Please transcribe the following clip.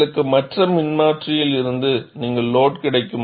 உங்களுக்கு மற்ற மின்மாற்றியில் இருந்து நீங்கள் லோடு கிடைக்கும்